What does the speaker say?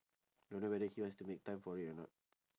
don't know whether he wants to make time for it or not